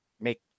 make